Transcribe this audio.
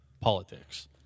politics